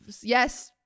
Yes